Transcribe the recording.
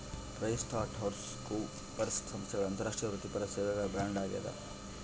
PricewaterhouseCoopers ಸಂಸ್ಥೆಗಳ ಅಂತಾರಾಷ್ಟ್ರೀಯ ವೃತ್ತಿಪರ ಸೇವೆಗಳ ಬ್ರ್ಯಾಂಡ್ ಆಗ್ಯಾದ